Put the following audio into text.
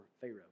Pharaoh